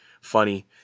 funny